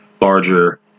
larger